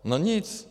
No nic!